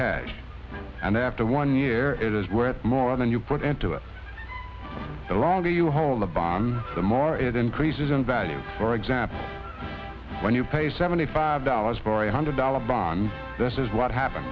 cash and after one year it is worth more than you put into it the longer you hold the bomb the more it increases in value for example when you pay seventy five dollars for a hundred dollar bond this is what happen